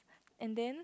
and then